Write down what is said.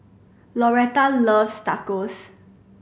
Lauretta loves Tacos